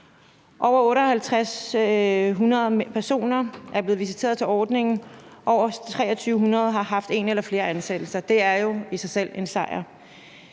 Over 5.800 personer er blevet visiteret til ordningen, og 2.300 personer har haft en eller flere ansættelser. Det er jo i sig selv en sejr.